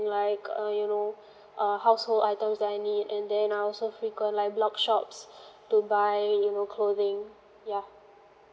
like uh you know uh household items that I need and then I also frequent like blog shops to buy you know clothing yeah